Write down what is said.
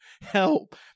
Help